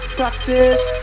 practice